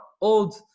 old